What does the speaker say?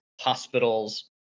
hospitals